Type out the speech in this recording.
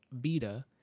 Beta